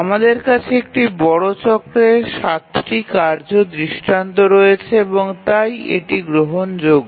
আমাদের কাছে একটি বড় চক্রের 7 টি কার্য দৃষ্টান্ত রয়েছে এবং তাই এটি গ্রহণযোগ্য